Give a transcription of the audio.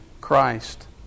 Christ